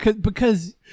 because-